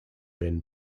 ben